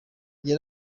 twese